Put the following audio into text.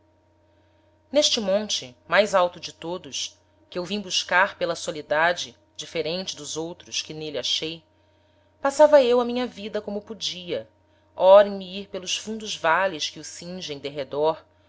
n'este monte mais alto de todos que eu vim buscar pela soledade diferente dos outros que n'êle achei passava eu a minha vida como podia ora em me ir pelos fundos vales que o cingem derredor